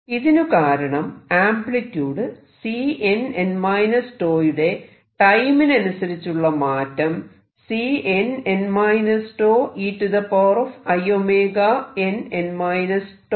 ഇതിനു കാരണം amplitude Cnn τയുടെ ടൈമിനനുസരിച്ചുള്ള മാറ്റം Cnn τeinn τt ആണ്